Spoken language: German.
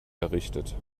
errichtet